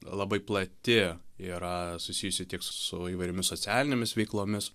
labai plati yra susijusi tiek su įvairiomis socialinėmis veiklomis